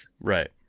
Right